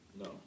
No